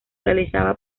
realizaba